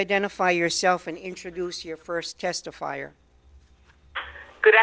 identify yourself and introduce your first testifier good